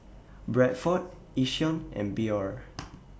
Bradford Yishion and Biore